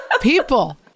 people